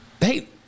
hey